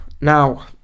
Now